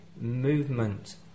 movement